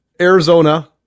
Arizona